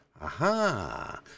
Aha